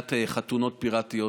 למניעת חתונות פירטיות